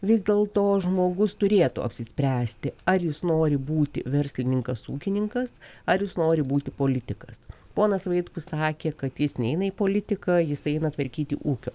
vis dėl to žmogus turėtų apsispręsti ar jis nori būti verslininkas ūkininkas ar jis nori būti politikas ponas vaitkus sakė kad jis neina į politiką jis eina tvarkyti ūkio